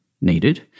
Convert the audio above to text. needed